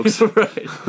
Right